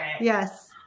Yes